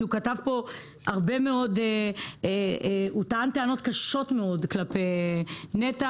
כי הוא כתב פה וטען טענות קשות מאוד כלפי נת"ע